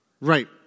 Right